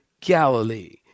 Galilee